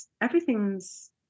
everything's